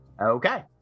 Okay